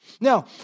Now